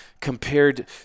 compared